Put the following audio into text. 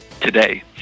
today